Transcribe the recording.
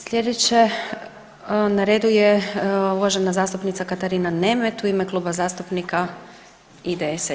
Slijedeća na redu je uvažena zastupnica Katarina Nemet u ime Kluba zastupnika IDS-a.